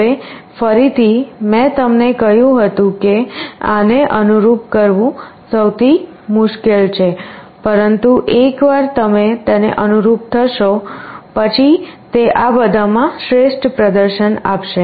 હવે ફરીથી મેં તમને કહ્યું હતું કે આને અનુરૂપ કરવું સૌથી મુશ્કેલ છે પરંતુ એકવાર તમે તેને અનુરૂપ થશો પછી તે આ બધામાં શ્રેષ્ઠ પ્રદર્શન આપશે